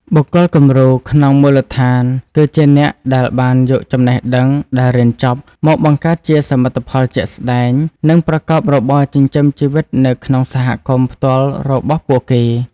បុគ្គលគំរូក្នុងមូលដ្ឋាន គឺជាអ្នកដែលបានយកចំណេះដឹងដែលរៀនចប់ មកបង្កើតជាសមិទ្ធផលជាក់ស្ដែង និងប្រកបរបរចិញ្ចឹមជីវិតនៅក្នុងសហគមន៍ផ្ទាល់របស់ពួកគេ។